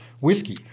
whiskey